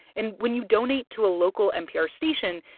and when you donate to a local npr station,